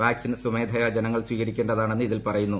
vaccine സ്വമേധയാ ജനങ്ങൾ സ്വീകരിക്കേണ്ടതാണെന്ന് ഇതിൽ പറയുന്നു